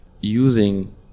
using